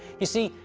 you see,